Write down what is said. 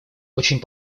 очень